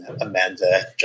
Amanda